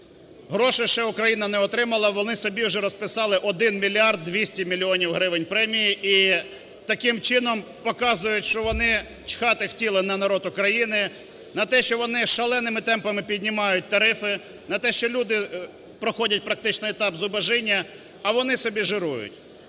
Гроші ще Україна не отримала, а вони собі вже розписали 1 мільярд 200 мільйонів гривень премії і таким чином показують, що вони чхати хотіли на народ України, на те, що вони шаленими темпами піднімають тарифи, на те, що люди проходять практично етап зубожіння, а вони собі жирують.